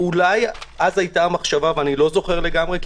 אולי אז היתה מחשבה ואיני זוכר לגמרי,